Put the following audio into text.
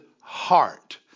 heart